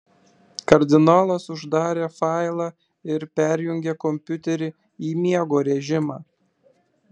kardinolas uždarė failą ir perjungė kompiuterį į miego režimą